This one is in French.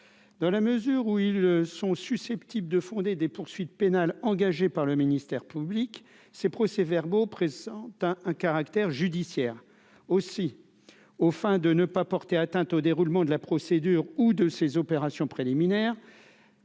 dans la mesure où ils sont susceptibles de fonder des poursuites pénales engagées par le ministère public ces procès-verbaux présente un un caractère judiciaire aussi aux enfin de ne pas porter atteinte au déroulement de la procédure ou de ces opérations préliminaires